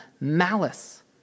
malice